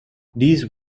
these